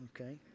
okay